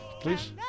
please